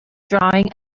drawing